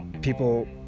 people